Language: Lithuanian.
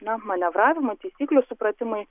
na manevravimo taisyklių supratimui